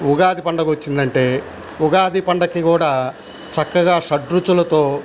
ఉగాది పండగ వచ్చిందంటే ఉగాది పండక్కి కూడా చక్కగా షడ్రుచులతో